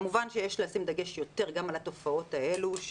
כמובן שיש לשים דגש יותר גם על התופעות האלה.